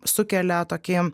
sukelia tokį